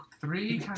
three